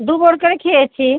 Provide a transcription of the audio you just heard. দু বার করে খেয়েছি